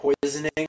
poisoning